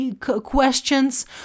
questions